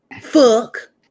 Fuck